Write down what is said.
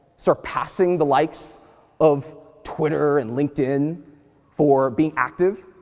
surpassing the likes of twitter and linkedin for being active,